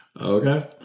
Okay